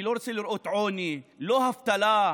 אני לא רוצה לראות עוני, אבטלה.